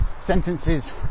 sentences